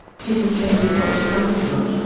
people tended not to come so much.